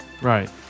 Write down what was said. Right